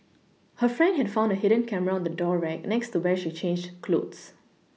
her friend had found a hidden camera on the door rack next to where she changed clothes